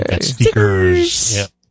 Stickers